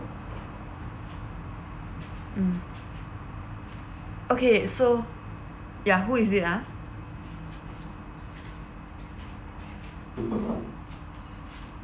mm okay so ya who is it ah